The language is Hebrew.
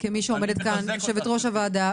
כיושבת ראש הוועדה,